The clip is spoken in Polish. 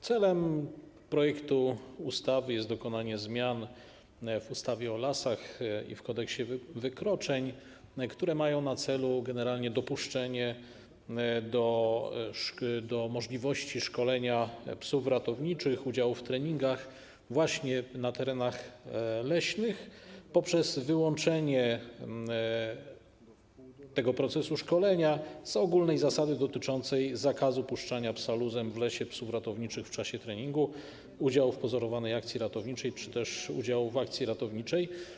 Celem projektu ustawy jest dokonanie zmian w ustawie o lasach i w Kodeksie wykroczeń, które mają na celu generalnie dopuszczenie do możliwości szkolenia psów ratowniczych, udziału w treningach na terenach leśnych poprzez wyłączenie tego procesu szkolenia z ogólnej zasady dotyczącej zakazu puszczania psa luzem w lesie, psów ratowniczych w trakcie treningu, udziału w pozorowanej akcji ratowniczej czy też udziału w akcji ratowniczej.